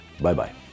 Bye-bye